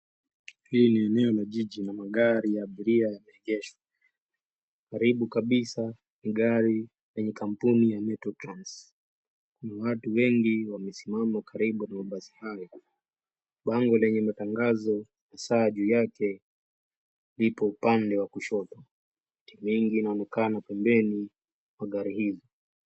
Hii ni eneo la jiji la magari ya abiria yameegeshwa. Karibu kabisa ni gari yenye kampuni ya metro trans . Kuna watu wengi wamesimama karibu na basi hayo. Bango lenye matangazo na saa juu yake lipo upande wa kushoto. Miti mingi inaonekana pembeni kwa gari hizi.